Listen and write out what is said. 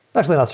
actually,